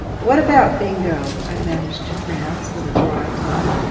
what about bingo i managed to pronounce, with a dry tongue.